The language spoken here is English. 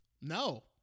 No